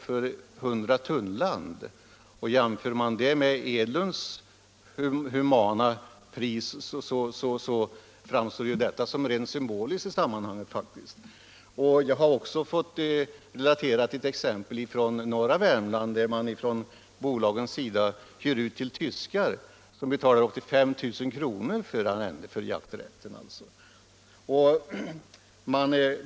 för 100 tunnland, och jämför man detta med det humana pris som herr Enlund för en stund sedan sade att han tillämpar, så framstår herr Enlunds pris som rent symboliskt i sammanhanget. Jag har också fått ett exempel från norra Värmland relaterat för mig. Där hyr bolagen ut jaktmarker till tyskar, som betalar upp till 5 000 kr. för jakträtten.